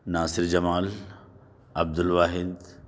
Nasir Jamal Abdul Wahid